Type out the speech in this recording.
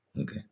Okay